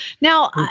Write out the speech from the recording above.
Now